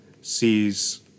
sees